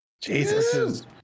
Jesus